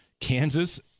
Kansas